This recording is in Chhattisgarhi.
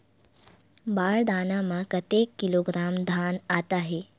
बार दाना में कतेक किलोग्राम धान आता हे?